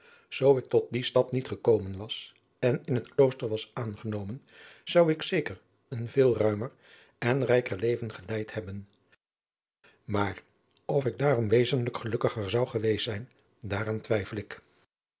zoo ik tot dien stap niet gekomen was en in het klooster was aangenomen zou ik zeker een veel ruimer en rijkelijker leven geleid hebben maar of ik daarom wezenlijk gelukkiger zou geweest zijn daaraan twijfel ik